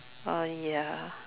ah ya